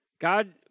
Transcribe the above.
God